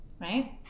Right